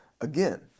again